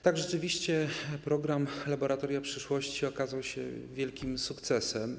Tak, rzeczywiście program ˝Laboratoria przyszłości˝ okazał się wielkim sukcesem.